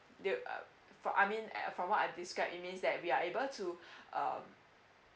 they'll uh for I mean I I from what I describe it means that we are able to um